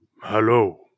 hello